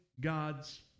God's